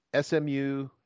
SMU